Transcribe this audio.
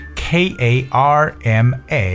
karma